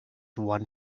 one